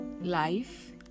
life